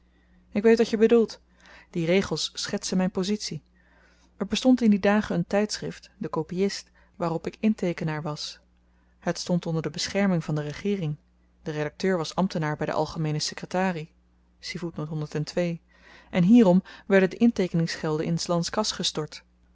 ik weet wat je bedoelt die regels schetsen myn pozitie er bestond in die dagen een tydschrift de kopiist waarop ik inteekenaar was het stond onder de bescherming van de regeering de redakteur was ambtenaar by de algemeene sekretarie en hierom werden de inteekeningsgelden in s lands kas gestort